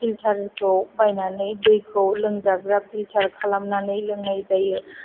फिल्टारखौ बायनानै दैखौ लोंजाग्रा फिल्टार खालामनानै लोंनाय जायो